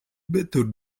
better